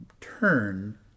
turn